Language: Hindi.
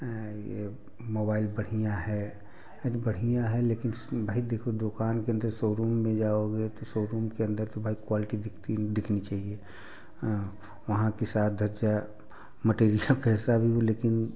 ये मोबाइल बढ़िया है बढ़िया है लेकिन भाई देखो दुकान के अंदर शो रूम में जाओगे तो शो रूम के अंदर तो भाई क्वालिटी दिखती दिखनी चाहिए वहाँ की साज सज्जा मटेरियल कैसा भी हो लेकिन